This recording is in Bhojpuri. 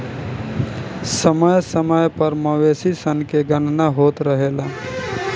समय समय पर मवेशी सन के गणना होत रहेला